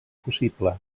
possible